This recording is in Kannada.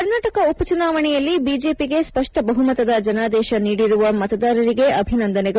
ಕರ್ನಾಟಕ ಉಪ ಚುನಾವಣೆಯಲ್ಲಿ ಬಿಜೆಪಿಗೆ ಸ್ಪಷ್ಟ ಬಹುಮತದ ಜನಾದೇಶ ನೀಡಿರುವ ಮತದಾರರಿಗೆ ಅಭಿನಂದನೆಗಳು